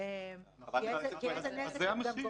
כי איזה נזק הם גם גורמים.